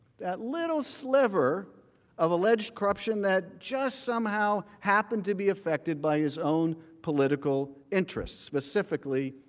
that little sliver of alleged corruption that just somehow happen to be affected by his own political interests. specifically,